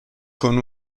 con